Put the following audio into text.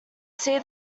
see